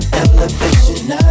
elevation